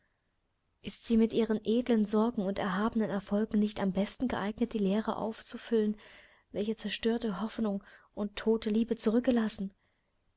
ist sie mit ihren edlen sorgen und erhabenen erfolgen nicht am besten geeignet die leere auszufüllen welche zerstörte hoffnung und tote liebe zurückgelassen